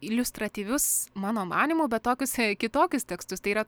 iliustratyvius mano manymu bet tokius kitokius tekstus tai yra